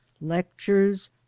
lectures